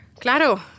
Claro